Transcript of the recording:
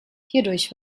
hierdurch